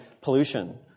pollution